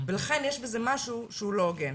לכן יש בזה משהו שהוא לא הוגן.